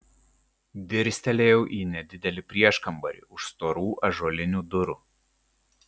dirstelėjau į nedidelį prieškambarį už storų ąžuolinių durų